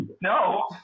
No